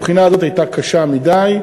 הבחינה הזאת הייתה קשה מדי,